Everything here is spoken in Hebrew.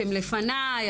הן לפניי,